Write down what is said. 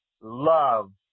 love